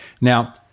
Now